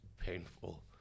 painful